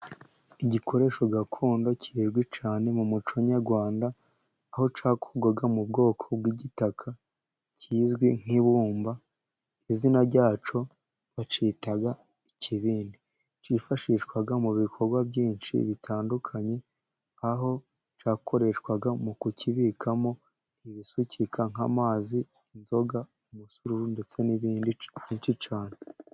Igikoresho gakondo kizwi cyane mu muco nyarwanda, aho cyakorwaga mu bwoko bw'igitaka, kizwi nk'ibumba. Izina ryacyo, bacyitaga ikibindi. Kifashishwa mu bikorwa byinshi bitandukanye aho cyakoreshwaga mu kukibikamo ibisukika nk'amazi, inzoga, umusuru, ndetse n'ibindi byinshi cyane.